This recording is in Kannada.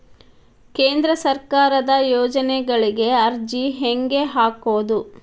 ಕೇಂದ್ರ ಸರ್ಕಾರದ ಯೋಜನೆಗಳಿಗೆ ಅರ್ಜಿ ಹೆಂಗೆ ಹಾಕೋದು?